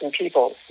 people